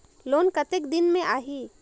Loan कतेक दिन मे आही?